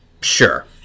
Sure